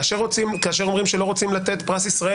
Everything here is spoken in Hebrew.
כאשר אומרים שלא רוצים לתת פרס ישראל